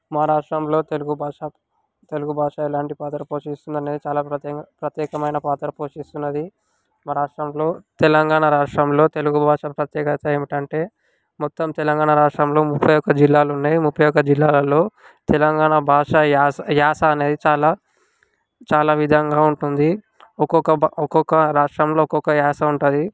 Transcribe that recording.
మా రాష్ట్రంలో తెలుగు భాష తెలుగు భాష లాంటి పాత్ర పోషిస్తుందని నేను చాలా ప్రత్యేక ప్రత్యేకమైన పాత్ర పోషిస్తున్నది మా రాష్ట్రంలో తెలంగాణ రాష్ట్రంలో తెలుగు భాష ప్రత్యేకత ఏమిటంటే మొత్తం తెలంగాణ రాష్ట్రంలో ముప్పై ఒక జిల్లాలు ఉన్నాయి ముప్పై ఒక జిల్లాలలో తెలంగాణ భాష యాస యాస అనేది చాలా చాలా విధంగా ఉంటుంది ఒక్కొక్క భా ఒక్కొక్క రాష్ట్రంలో ఒక్కొక్క యాస ఉంటుంది